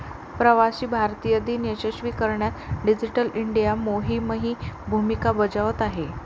प्रवासी भारतीय दिन यशस्वी करण्यात डिजिटल इंडिया मोहीमही भूमिका बजावत आहे